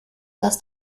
dass